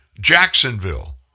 Jacksonville